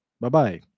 Bye-bye